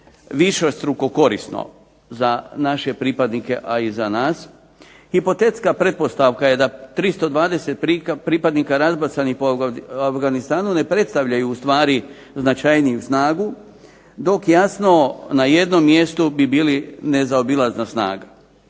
višestruko korisno za naše pripadnike i za nas. Hipotetska pretpostavka da 320 pripadnika razbacanih po Afganistanu ne predstavljaju značajniju snagu, dok jasno na jednom mjestu bi bili nezaobilazna snaga.